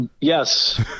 Yes